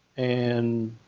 and